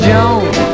Jones